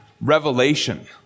revelation